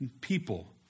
people